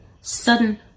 sudden